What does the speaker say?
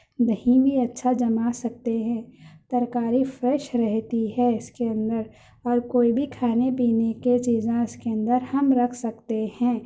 دہی بھی اچھا جما سکتے ہیں ترکاری فریش رہتی ہے اس کے اندر اور کوئی بھی کھانے پینے کے چیزاں اس کے اندر ہم رکھ سکتے ہیں